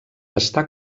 està